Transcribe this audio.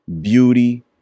beauty